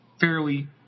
fairly